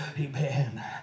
Amen